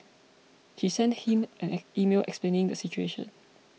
she sent him an email explaining the situation